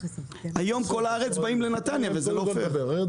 כל הארץ באים היום לנתניה, וזה לא הוגן.